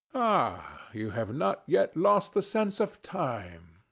ah! you have not yet lost the sense of time.